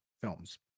films